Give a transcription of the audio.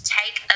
take